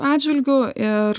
atžvilgiu ir